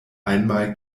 einmal